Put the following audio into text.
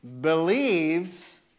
believes